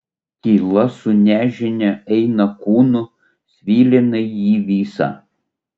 tyla su nežinia eina kūnu svilina jį visą